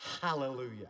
Hallelujah